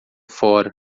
fora